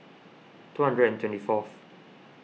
two hundred and twenty fourth